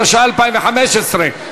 התשע"ה 2015,